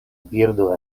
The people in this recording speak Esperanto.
birdo